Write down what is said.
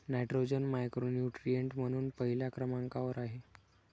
nitrogen macronutrient म्हणून पहिल्या क्रमांकावर आहे